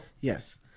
Yes